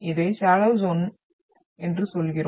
இதை shadow zone என்று சொல்கிறோம்